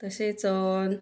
तसेच